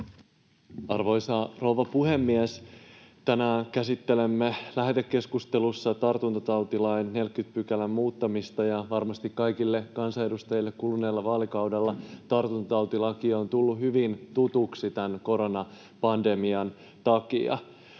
Arvoisa rouva puhemies! Tänään käsittelemme lähetekeskustelussa tartuntatautilain 40 §:n muuttamista, ja varmasti kaikille kansanedustajille kuluneella vaalikaudella on tartuntatautilaki tullut hyvin tutuksi koronapandemian takia.